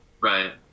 right